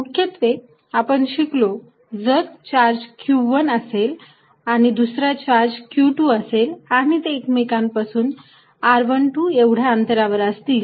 मुख्यत्वे आपण शिकलो की जर चार्ज q1 असेल दुसरा चार्ज q2 असेल आणि ते एकमेकांपासून r12 एवढ्या अंतरावर असतील